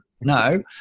No